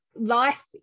life